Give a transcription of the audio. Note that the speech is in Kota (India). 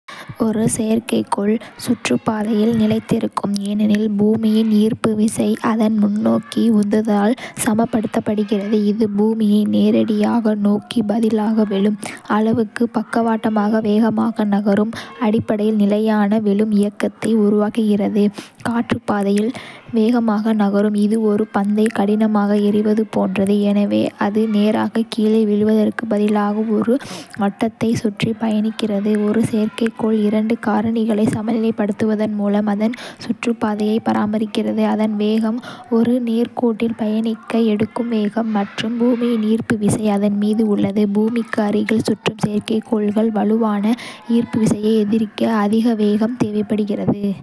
ஒரு செயற்கைக்கோள் சுற்றுப்பாதையில் நிலைத்திருக்கும், ஏனெனில் பூமியின் ஈர்ப்பு விசை அதன் முன்னோக்கி உந்தத்தால் சமப்படுத்தப்படுகிறது, இது பூமியை நேரடியாக நோக்கிப் பதிலாக விழும் அளவுக்கு பக்கவாட்டாக வேகமாக நகரும், அடிப்படையில் நிலையான "விழும்" இயக்கத்தை உருவாக்குகிறது. சுற்றுப்பாதையில் விளைகிறது; இது ஒரு பந்தை கடினமாக எறிவது போன்றது, எனவே அது நேராக கீழே விழுவதற்குப் பதிலாக ஒரு வட்டத்தைச் சுற்றிப் பயணிக்கிறது. ஒரு செயற்கைக்கோள் இரண்டு காரணிகளை சமநிலைப்படுத்துவதன் மூலம் அதன் சுற்றுப்பாதையை பராமரிக்கிறது அதன் வேகம் ஒரு நேர் கோட்டில் பயணிக்க எடுக்கும் வேகம் மற்றும் பூமியின் ஈர்ப்பு விசை அதன் மீது உள்ளது. பூமிக்கு அருகில் சுற்றும் செயற்கைக்கோள் வலுவான ஈர்ப்பு விசையை எதிர்க்க அதிக வேகம் தேவைப்படுகிறது.